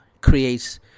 creates